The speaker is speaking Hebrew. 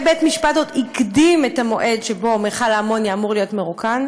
ובית-משפט עוד הקדים את המועד שבו מכל האמוניה אמור להיות מרוקן,